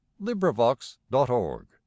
LibriVox.org